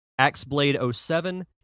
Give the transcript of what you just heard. AxeBlade07